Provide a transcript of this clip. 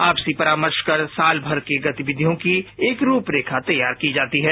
आपसी परामर्श कर सालमर की गतिविधियों की एक रूपरेखा तैयार की जाती है